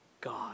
God